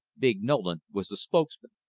big nolan was the spokesman.